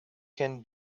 can